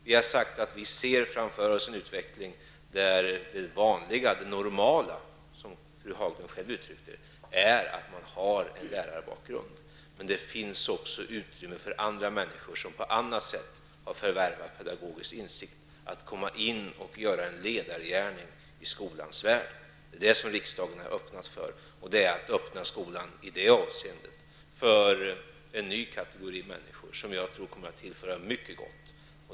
Vi har sagt att vi framför oss ser en utveckling där det normala är att skolledarna har lärarbakgrund. Men det skall också finnas utrymme för människor som på annat sätt har förvärvat pedagogisk insikt att kunna komma in och göra en ledargärning i skolans värld. Vad riksdagen gjort är att öppna skolan i det avseendet för en ny kategori människor, som jag tror kommer att tillföra skolan mycket gott.